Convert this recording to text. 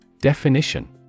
Definition